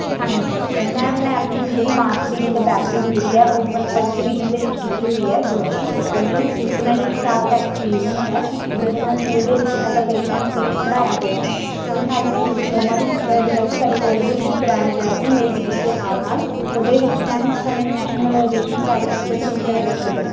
ਹਾਂਜੀ ਮੈਮ ਮੈਂ ਆਪਣੀ ਜਿਹੜੀ ਮਾਸਟਰ ਡਿਗਰੀ ਅਤੇ ਬੈਚਲਰ ਡਿਗਰੀ ਹੈ ਉਹ ਫਸਟ ਡਿਵੀਜ਼ਨ ਦੇ ਵਿੱਚ ਕੀਤੀ ਹੋਈ ਹੈ ਦੋਨੇ ਦੋਵੇਂ ਹੀ ਅਤੇ ਮੈਨੂੰ ਇੱਕ ਸਾਲ ਦਾ ਐਕਸਪੀਰੀਅੰਸ ਹੈ ਜਿਹਦੇ ਨਾਲ ਸਕੂਲ ਦੇ ਵਿੱਚ as a pol science teacher ਪੜ੍ਹਾਇਆ ਹੋਇਆ ਹੈ ਅਤੇ ਉਹਦੇ ਨਾਲ ਨਾਲ ਮੈਂ ਇੱਕ ਡਿਪਲੋਮਾ ਵੀ ਕੀਤਾ ਹੈ ਜਿਹੜਾ ਕਿ ਸਾਡੇ ਕੋਲੇਜ ਦੇ ਵਿੱਚ ਹੀ ਕਰਾਇਆ ਗਿਆ ਸੀ ਮੇਰੀ ਡਿਗਰੀ ਦੇ ਨਾਲ ਨਾਲ ਉਹਦੇ ਵਿੱਚ ਮੈਮ ਆਪਾਂ ਨੂੰ ਇੰਟਰਨੈਸ਼ਨਲ ਰਿਲੇਸ਼ਨਜ਼ ਦੇ ਬਾਰੇ ਬੜੀ ਚੰਗੀ ਤਰ੍ਹਾਂ ਦੱਸਿਆ ਗਿਆ